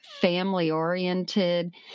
family-oriented